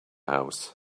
house